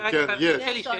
כן, יש.